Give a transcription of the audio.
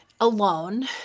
alone